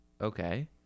okay